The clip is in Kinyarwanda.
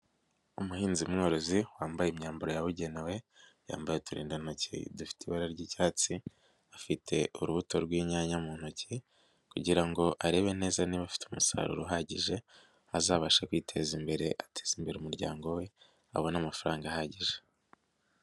Umuhinzi mworozi wambaye imyambaro yabugenewe, yambaye uturindantoki dufite ibara ry'icyatsi, afite urubuto rw'inyanya mu ntoki kugira ngo arebe neza niba afite umusaruro uhagije azabasha kwiteza imbere ateza imbere umuryango we abone amafaranga ahagije.